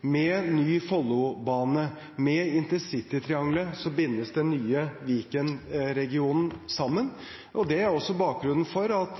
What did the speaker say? med den nye Follobanen og med intercitytriangelet bindes den nye Viken-regionen sammen. Det er også bakgrunnen for at